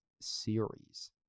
series